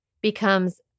Becomes